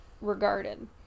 regarded